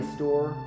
Store